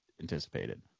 anticipated